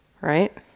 Right